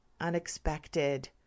unexpected